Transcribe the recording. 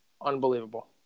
unbelievable